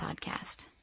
podcast